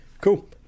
Cool